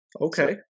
Okay